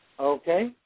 Okay